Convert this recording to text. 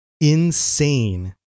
insane